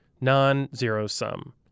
Non-zero-sum